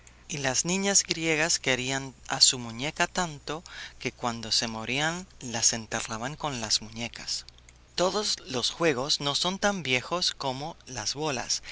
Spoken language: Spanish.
y las niñas griegas querían a su muñeca tanto que cuando se morían las enterraban con las muñecas todos los juegos no son tan viejos como las bolas